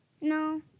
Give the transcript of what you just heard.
No